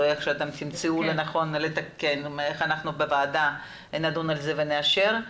איך שתמצאו לנכון לתקן ואנחנו בוועדה נדון על זה ונאשר.